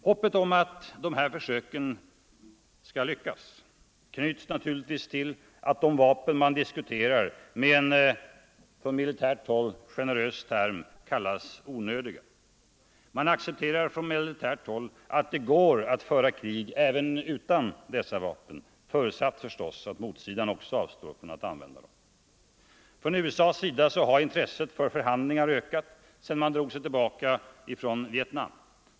Hoppet om att de här försöken skall lyckas knyts naturligtvis till att de vapen man diskuterar med en på militärt håll generös term kallas ”onödiga”. Man accepterar från militärt håll att det går att föra krig även utan dessa vapen, förutsatt förstås att motsidan också avstår från dem. Från USA:s sida har intresset för förhandlingarna ökat sedan de drog sig tillbaka från Vietnam.